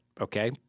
Okay